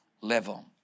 level